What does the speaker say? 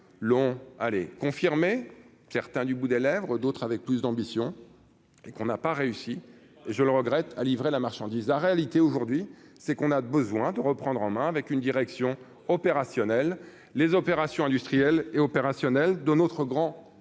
l'allez confirmer certains du bout des lèvres, d'autres avec plus d'ambitions et qu'on n'a pas réussi, je le regrette, a livré la marchandise la réalité aujourd'hui, c'est qu'on a besoin de reprendre en main avec une direction opérationnelle les opérations industrielles et opérationnel de notre grand